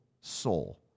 soul